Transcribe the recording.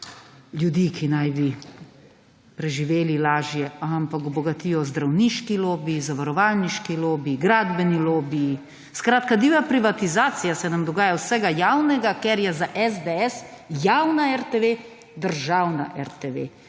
ljudi, ki naj bi preživeli lažje, ampak bogatijo zdravniški lobiji, zavarovalniški lobiji, gradbeni lobiji. Skratka, divja privatizacija se nam dogaja vsega javnega, ker je za SDS javna RTV državna RTV,